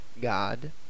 God